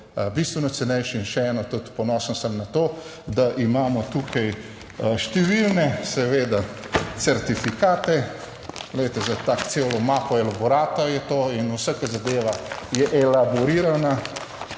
bistveno cenejši. In še eno, tudi ponosen sem na to, da imamo tukaj številne seveda certifikate, glejte, za tako celo mapo elaborata je to in vsaka zadeva je elaborirana.